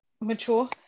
mature